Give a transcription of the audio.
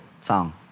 song